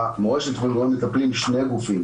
במורשת בן-גוריון מטפלים שני גופים.